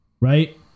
Right